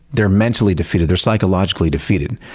they're mentally defeated, they're psychologically defeated,